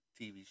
TV